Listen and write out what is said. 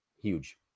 Huge